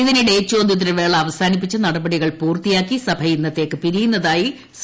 ഇതിനിടെ ചോദ്യോത്ത്രവേള അവസാനിപ്പിച്ച് നടപടികൾ പൂർത്തിയാക്കി സഭ ഇന്നത്തേയ്ക്ക് പിരിയുന്നതായി അറിയിച്ചു